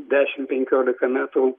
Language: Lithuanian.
dešimt penkiolika metų